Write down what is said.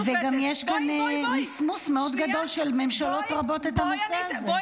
וגם יש כאן מסמוס מאוד גדול של ממשלות רבות את הנושא הזה.